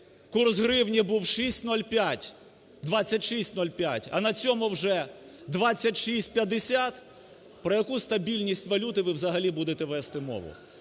курс гривні був 6,05... 26,05, а на цьому вже 26,50. Про яку стабільність валюти ви взагалі будете вести мову?